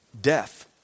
death